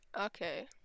Okay